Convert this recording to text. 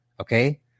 Okay